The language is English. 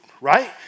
right